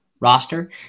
roster